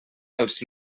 els